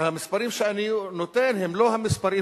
והמספרים שאני נותן הם לא המספרים,